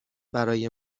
برای